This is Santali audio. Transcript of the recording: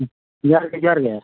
ᱡᱚᱦᱟᱨ ᱜᱮ ᱡᱚᱦᱟᱨ ᱜᱮ